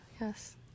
yes